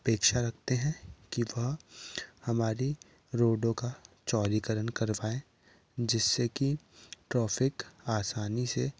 अपेक्षा रखते हैं कि वह हमारी रोडों का चौड़ीकरण करवाएं जिससे कि ट्रॉफिक आसानी से